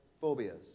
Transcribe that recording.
phobias